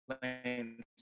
playing